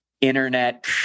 internet